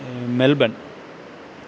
Melbourne